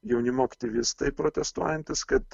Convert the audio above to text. jaunimo aktyvistai protestuojantys kad